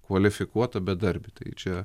kvalifikuotą bedarbį tai čia